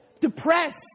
depressed